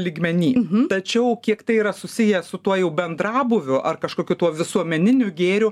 lygmeny tačiau kiek tai yra susiję su tuo jau bendrabūviu ar kažkokiu tuo visuomeniniu gėriu